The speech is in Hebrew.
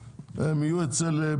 אבל רוב הקנסות לא אצלכם.